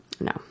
No